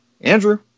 Andrew